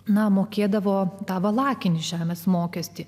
na mokėdavo tą valakinį žemės mokestį